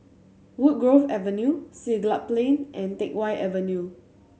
Woodgrove Avenue Siglap Plain and Teck Whye Avenue